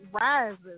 rises